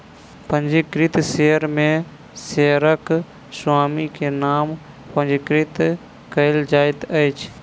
पंजीकृत शेयर में शेयरक स्वामी के नाम पंजीकृत कयल जाइत अछि